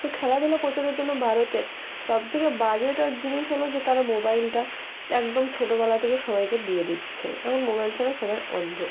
তো খেলাধুলা প্রচারের জন্য ভারতে সব থেকে বাজে যেটা জিনিস হলো যে তারা মোবাইলটা একদম ছোটোবেলা থেকে সবাইকে দিয়ে দিচ্ছে এখন মোবাইল ছাড়া সবাই অন্ধ